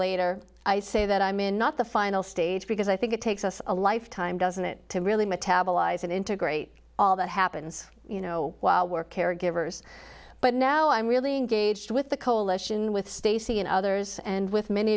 later i say that i'm in not the final stage because i think it takes us a lifetime doesn't it to really metabolize and integrate all that happens you know while we're caregivers but now i'm really engaged with the coalition with stacy and others and with many